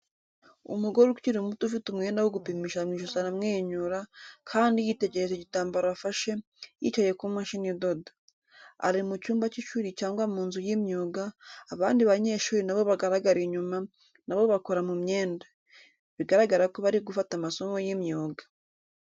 Umugore ukiri muto ufite umwenda wo gupimisha mu ijosi aramwenyura, kandi yitegereza igitambaro afashe, yicaye ku mashini idoda. Ari mu cyumba cy'ishuri cyangwa mu nzu y'imyuga, abandi banyeshuri na bo bagaragara inyuma, na bo bakora mu myenda. Bigaragara ko bari gufata amasomo y'imyuga.